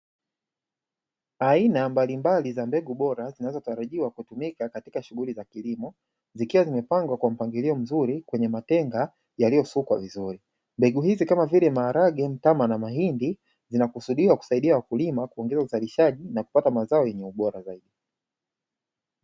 Aina mbalimbali za mbegu bora, zinazotarajiwa kutumika katika shughuli za kilimo, zikiwa zimepangwa kwa mpangilio mzuri kwenye matenga yaliyosukwa vizuri. Mbegu hizi kama vile: maharage, mtama, na mahindi, zinakusudiwa kusaidia wakulima kuongeza uzalishaji na kupata mazao yenye ubora zaidi.